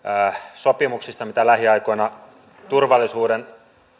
sopimuksista mitä lähiaikoina turvallisuuden